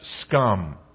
scum